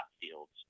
fields